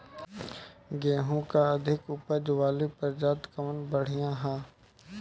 गेहूँ क अधिक ऊपज वाली प्रजाति कवन बढ़ियां ह?